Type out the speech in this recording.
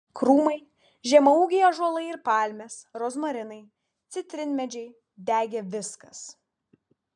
krūmai žemaūgiai ąžuolai ir palmės rozmarinai citrinmedžiai degė viskas